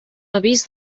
avís